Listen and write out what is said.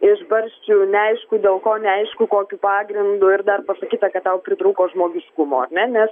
iš barščių neaišku dėl ko neaišku kokiu pagrindu ir dar pasakyta kad tau pritrūko žmogiškumo ar ne nes